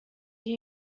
hear